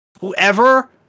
whoever